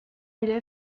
élèves